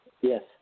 Yes